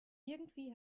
irgendwie